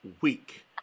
Week